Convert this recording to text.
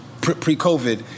pre-COVID